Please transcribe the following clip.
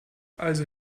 also